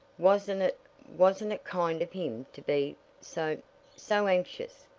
wasn't it wasn't it kind of him to be so so anxious?